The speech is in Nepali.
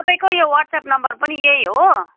तपाईँको यो वाट्सएप नम्बर पनि यही हो